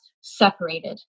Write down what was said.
separated